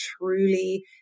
truly